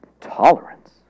Tolerance